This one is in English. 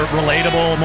relatable